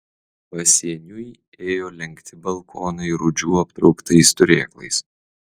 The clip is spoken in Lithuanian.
pasieniui ėjo lenkti balkonai rūdžių aptrauktais turėklais